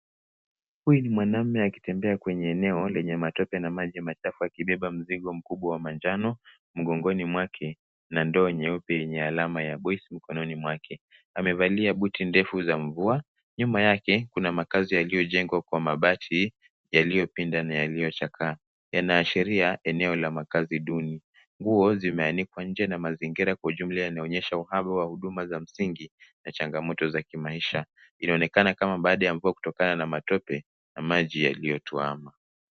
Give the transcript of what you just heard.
Huyu ni mwanamume akitembea kwenye eneo lenye matope na maji machafu akibeba mzigo mkubwa wa manjano mgongoni mwake na ndoo nyeupe yenye alama ya boss mkononi mwake. Amevalia buti ndefu za mvua. Nyuma yake kuna makazi yaliyojengwa kwa mabati yaliyopinda na yaliyochakaa. Yanaashiria eneo la makazi duni. Nguo zimeanikwa nje na mazingira kwa jumla yanaonyesha uhaba wa msingi na changamoto za kimaisha. Inaonekana kama baada ya mvua kutokana na matope na maji yaliyotuama.